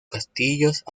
castillos